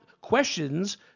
questions